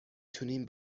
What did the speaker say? تونیم